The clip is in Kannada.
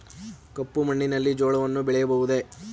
ಕಪ್ಪು ಮಣ್ಣಿನಲ್ಲಿ ಜೋಳವನ್ನು ಬೆಳೆಯಬಹುದೇ?